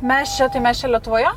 mes čia tai mes čia lietuvoje